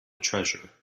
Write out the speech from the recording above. treasure